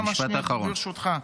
כמה שניות, ברשותך.